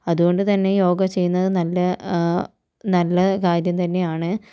അതുകൊണ്ട്തന്നെ യോഗ ചെയ്യുന്നത് നല്ല നല്ല കാര്യം തന്നെയാണ്